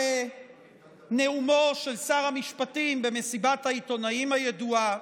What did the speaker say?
נאומו של שר המשפטים במסיבת העיתונאים הידועה,